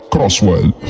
Crosswell